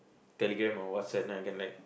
Telegram or WhatsApp then I can like